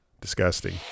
Disgusting